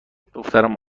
دخترم